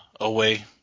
away